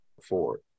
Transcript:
forward